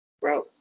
Bro